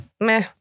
meh